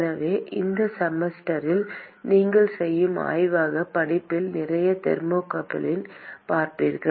எனவே இந்த செமஸ்டரில் நீங்கள் செய்யும் ஆய்வகப் படிப்பில் நிறைய தெர்மோகப்பிள்களைப் பார்ப்பீர்கள்